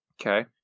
okay